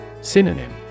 Synonym